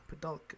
Padalka